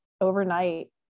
overnight